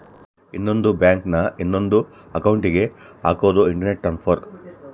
ಇನ್ನೊಂದ್ ಬ್ಯಾಂಕ್ ನ ಇನೊಂದ್ ಅಕೌಂಟ್ ಗೆ ಹಕೋದು ಇಂಟರ್ ಟ್ರಾನ್ಸ್ಫರ್